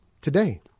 today